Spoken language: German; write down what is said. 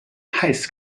heiß